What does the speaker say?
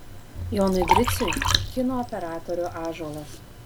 jonui griciui kino operatorių ąžuolas